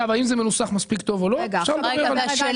האם זה מנוסח מספיק טוב או לא, אפשר לדבר על זה.